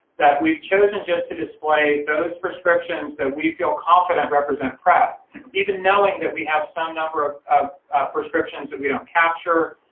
that we've chosen just to display those prescriptions that we feel confident represent prep even knowing that we have some number of of prescriptions that we don't capture,